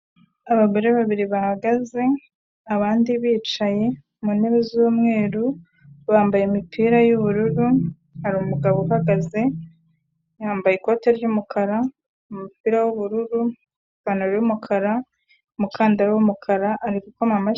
Abagore babiri bahagaze abandi bicaye mu ntebe z'umweru bambaye imipira yuubururu hari umugabo uhagaze yambaye ikoti ry'umukara, umumupira w'ubururu ipantaro y'umukara mukandara w'umukara ari.